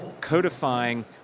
codifying